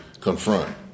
confront